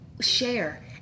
share